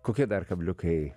kokie dar kabliukai